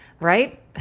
right